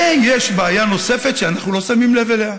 ויש בעיה נוספת שאנחנו לא שמים לב אליה: